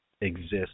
exist